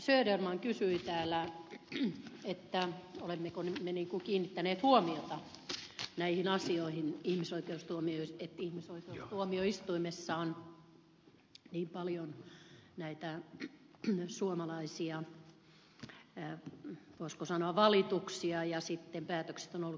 söderman kysyi täällä olemmeko me kiinnittäneet huomiota näihin asioihin että ihmisoikeustuomioistuimessa on niin paljon näitä suomalaisia voisiko sanoa valituksia ja sitten päätökset ovat olleet kielteisiä